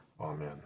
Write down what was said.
Amen